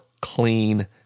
clean